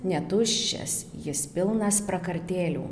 netuščias jis pilnas prakartėlių